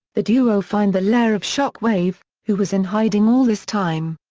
the duo find the lair of shockwave, who was in hiding all this time.